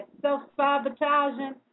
self-sabotaging